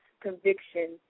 conviction